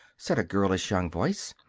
said a girlish young voice,